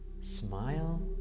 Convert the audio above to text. Smile